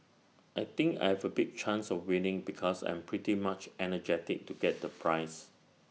I think I have A big chance of winning because I'm pretty much energetic to get the prize